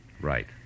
Right